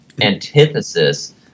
antithesis